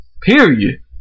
Period